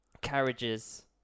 carriages –